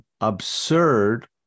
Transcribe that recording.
absurd